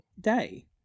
Day